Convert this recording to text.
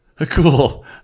cool